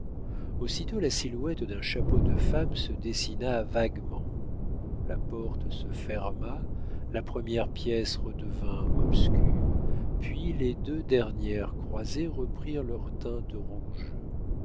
aussitôt la silhouette d'un chapeau de femme se dessina vaguement la porte se ferma la première pièce redevint obscure puis les deux dernières croisées reprirent leurs teintes rouges